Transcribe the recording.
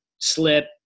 slip